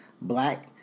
black